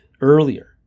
earlier